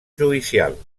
judicial